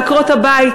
לעקרות-הבית,